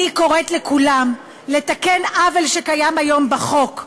אני קוראת לכולם לתקן עוול שקיים היום בחוק,